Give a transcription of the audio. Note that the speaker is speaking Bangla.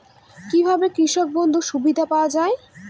কি ভাবে কৃষক বন্ধুর সুবিধা পাওয়া য়ায়?